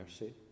mercy